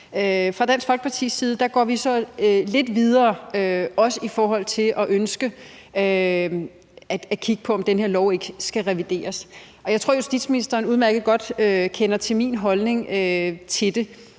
Fra Dansk Folkepartis side går vi så lidt videre i forhold til også at ønske at kigge på, om den her lov ikke skal revideres. Jeg tror, at justitsministeren udmærket godt kender til min holdning til det.